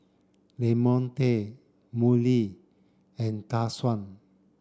Lamonte Mollie and Dashawn